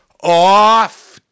off